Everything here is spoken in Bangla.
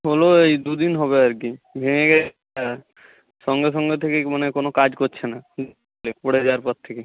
হলো এই দু দিন হবে আর কি ভেঙে গেছে আর সঙ্গে সঙ্গে থেকেই মানে কোনো কাজ করছে না হুম এ পড়ে যাবার পর থেকেই